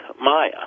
Maya